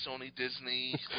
Sony-Disney